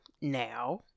Now